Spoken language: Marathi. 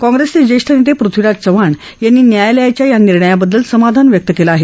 काँग्रेसचे ज्येष्ठ नेते पृथ्वीराज चव्हाण यांनी न्यायालयाच्या या निर्णयाबददल समाधान व्यक्त केलं आहे